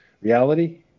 reality